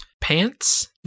Pants